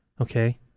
okay